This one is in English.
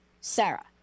Sarah